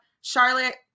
Charlotte